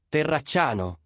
Terracciano